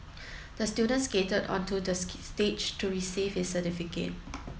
the student skated onto the stage to receive his certificate